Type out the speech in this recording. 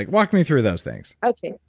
like walk me through those things okay,